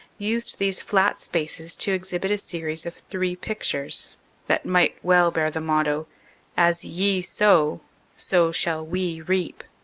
used these flat spaces to exhibit a series of three pictures that might well bear the motto as ye sow so shall we reap.